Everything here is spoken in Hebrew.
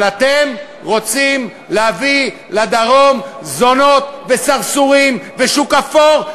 אבל אתם רוצים להביא לדרום זונות וסרסורים ושוק אפור,